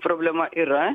problema yra